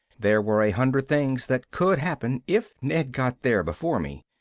there were a hundred things that could happen if ned got there before me.